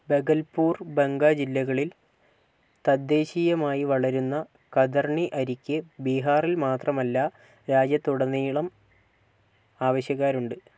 ഭഗൽപൂർ ബങ്ക ജില്ലകളിൽ തദ്ദേശീയമായി വളരുന്ന കതർണി അരിക്ക് ബീഹാറിൽ മാത്രമല്ല രാജ്യത്തുടനീളം ആവശ്യക്കാരുണ്ട്